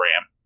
Ram